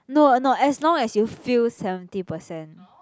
no no as long as you feel seventy percent